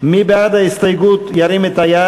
ההסתייגות הוסרה.